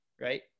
Right